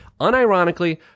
unironically